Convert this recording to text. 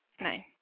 nine